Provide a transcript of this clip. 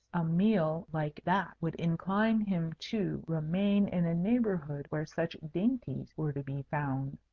a meal like that would incline him to remain in a neighbourhood where such dainties were to be found.